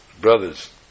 brothers